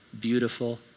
beautiful